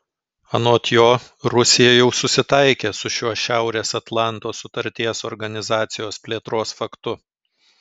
anot jo rusija jau susitaikė su šiuo šiaurės atlanto sutarties organizacijos plėtros faktu